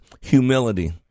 humility